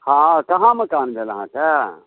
हँ कहाँ मकान भेल अहाँके